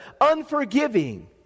unforgiving